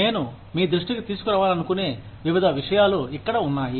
నేను మీ దృష్టికి తీసుకురావాలనుకునే వివిధ విషయాలు ఇక్కడ ఉన్నాయి